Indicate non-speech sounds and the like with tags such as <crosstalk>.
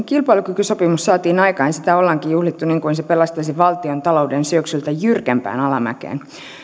<unintelligible> kilpailukykysopimus saatiin aikaan ja sitä ollaankin juhlittu niin kuin se pelastaisi valtiontalouden syöksyltä jyrkempään alamäkeen